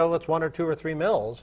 though that's one or two or three mills